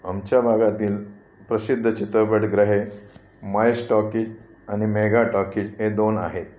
आमच्या भागातील प्रसिद्ध चित्रपटगृहे महेश टॉकीज आणि मेघा टॉकीज हे दोन आहेत